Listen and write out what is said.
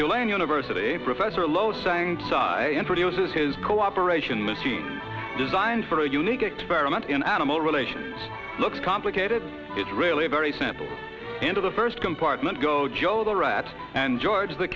tulane university professor lowe sang cyan produces his cooperation machine designed for a unique experiment in animal relations looks complicated it's really very simple into the first compartment go joe the rat and george the